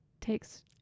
takes